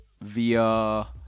via